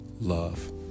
love